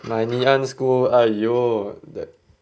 like ngee ann school !aiyo! that